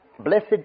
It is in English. Blessed